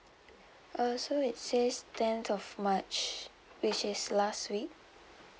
uh so it says tenth of march which is last week